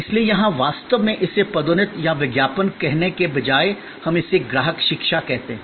इसलिए यहां वास्तव में इसे पदोन्नति या विज्ञापन कहने के बजाय हम इसे ग्राहक शिक्षा कहते हैं